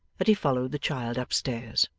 that he followed the child up stairs.